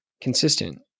consistent